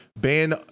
ban